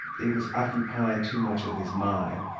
it was occupying too much of his mind.